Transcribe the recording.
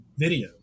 videos